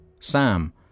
Sam